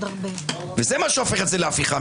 זה חבר שלך, לא שלי.